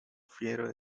fiero